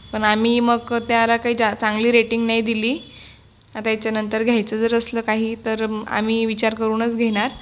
पण आम्ही मग त्याला काही जा चांगली रेटिंग नाही दिली आता याच्यानंतर घ्यायचं जर असलं काही तर आम्ही विचार करूनच घेणार